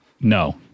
No